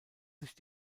sich